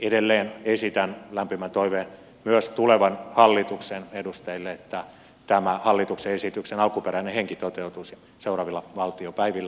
edelleen esitän lämpimän toiveen myös tulevan hallituksen edustajille että tämä hallituksen esityksen alkuperäinen henki toteutuisi seuraavilla valtiopäivillä